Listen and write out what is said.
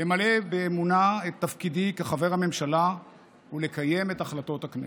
למלא באמונה את תפקידי כחבר הממשלה ולקיים את החלטות הכנסת.